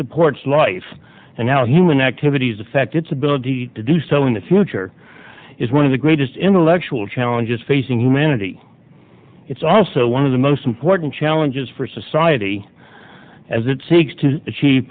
supports life and how human activities affect its ability to do so in the future is one of the greatest intellectual challenges facing humanity it's also one of the most important challenges for society as it seeks to